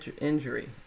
injury